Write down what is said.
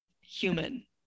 human